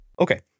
Okay